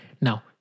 Now